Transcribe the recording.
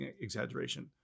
exaggeration